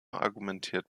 argumentiert